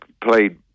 played